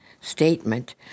statement